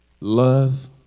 love